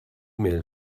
mail